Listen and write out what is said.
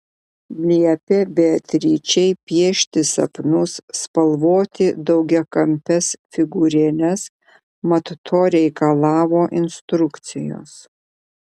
liepė beatričei piešti sapnus spalvoti daugiakampes figūrėles mat to reikalavo instrukcijos